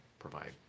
provide